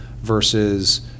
versus